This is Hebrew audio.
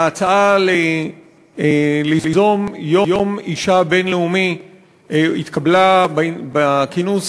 ההצעה ליזום יום אישה בין-לאומי התקבלה בכינוס